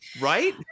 Right